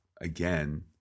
Again